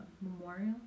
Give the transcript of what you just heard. Memorial